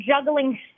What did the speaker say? juggling